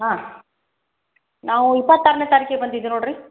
ಹಾಂ ನಾವು ಇಪ್ಪತ್ತಾರನೇ ತಾರೀಕಿಗೆ ಬಂದಿದ್ದೆವು ನೋಡ್ರಿ